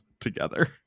together